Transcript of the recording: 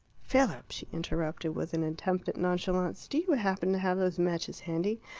philip, she interrupted, with an attempt at nonchalance, do you happen to have those matches handy?